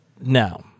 now